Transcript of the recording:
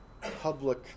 public